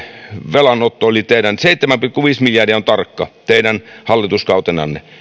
velanotto seitsemän pilkku viisi miljardia on tarkka luku teidän hallituskaudeltanne